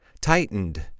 Tightened